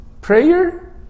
Prayer